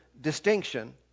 distinction